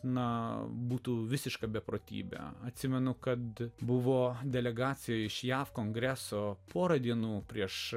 na būtų visiška beprotybė atsimenu kad buvo delegacija iš jav kongreso porą dienų prieš